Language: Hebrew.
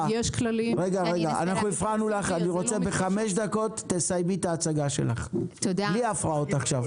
אני רוצה שתסיימי את ההצגה שלך בחמש דקות.